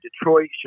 Detroit